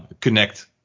connect